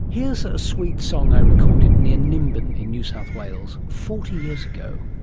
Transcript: here's a sweet song i recorded near nimbin in new south wales forty years ago.